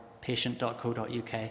patient.co.uk